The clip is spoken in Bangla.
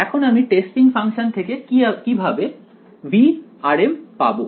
এখন আমি টেস্টিং ফাংশন থেকে কিভাবে V পাব